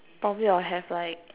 probably I'll have like